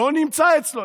לא נמצא אצלו,